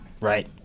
right